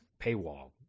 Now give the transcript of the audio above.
paywall